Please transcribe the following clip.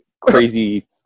crazy